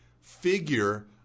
figure